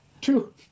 two